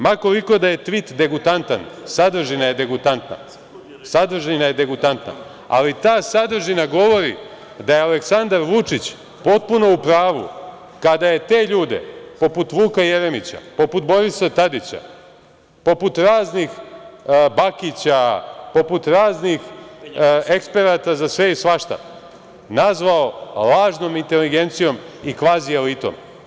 Ma koliko da je tvit degutantan, sadržina je degutantna, ali ta sadržina govori da je Aleksandar Vučić potpuno u pravu kada je te ljude poput Vuka Jeremića, poput Borisa Tadića, poput raznih Bakića, poput raznih eksperata za sve i svašta nazvao lažnom inteligencijom i kvazielitom.